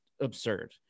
absurd